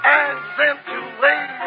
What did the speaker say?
accentuate